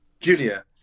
Julia